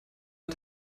ein